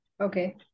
Okay